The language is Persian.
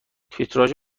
تیتراژ